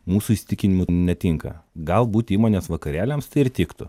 mūsų įsitikinimu netinka galbūt įmonės vakarėliams tai ir tiktų